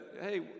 hey